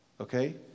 Okay